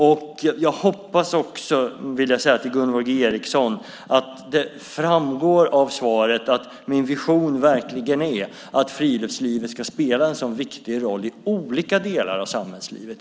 Till Gunvor G Ericson vill jag säga att jag hoppas att det framgår av svaret att min vision verkligen är att friluftslivet ska spela en sådan viktig roll i olika delar av samhällslivet.